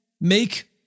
make